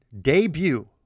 debut